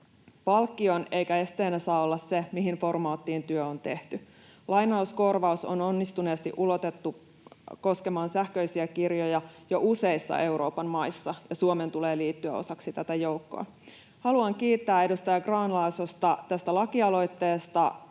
palkkion, eikä esteenä saa olla se, mihin formaattiin työ on tehty. Lainauskorvaus on onnistuneesti ulotettu koskemaan sähköisiä kirjoja jo useissa Euroopan maissa, ja Suomen tulee liittyä osaksi tätä joukkoa. Haluan kiittää edustaja Grahn-Laasosta tästä lakialoitteesta